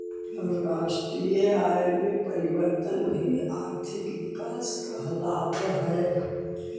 राष्ट्रीय आय में परिवर्तन भी आर्थिक विकास कहलावऽ हइ